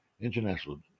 international